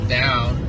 down